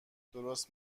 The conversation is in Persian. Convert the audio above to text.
درست